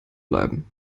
bleiben